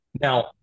Now